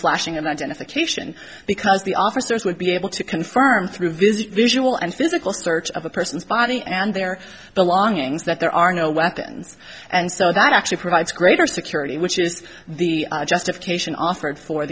flashing and identification because the officers would be able to confirm through visit visual and physical search of a person's body and their belongings that there are no weapons and so that actually provides greater security which is the justification offered for